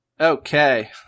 okay